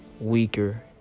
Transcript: weaker